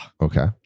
Okay